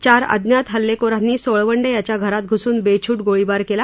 चार अज्ञात हल्लेखोरांनी सोळवंडे याच्या घरात घुसून बेछूट गोळीबार केला